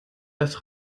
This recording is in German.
das